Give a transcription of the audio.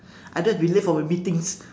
I don't have to be late for my meetings